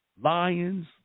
lions